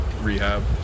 rehab